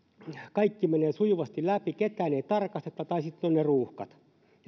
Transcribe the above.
kaikki menevät sujuvasti läpi ketään ei tarkasteta tai sitten ovat ne ruuhkat